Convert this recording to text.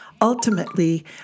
ultimately